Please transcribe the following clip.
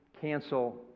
cancel